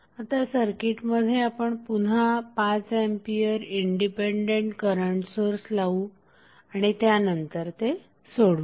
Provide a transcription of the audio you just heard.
आता सर्किटमध्ये आपण पुन्हा 5A इंडिपेंडेंट करंट सोर्स लावू आणि त्यानंतर ते सोडवू